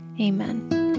Amen